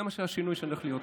זה השינוי שהולך להיות עכשיו.